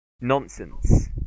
nonsense